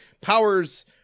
powers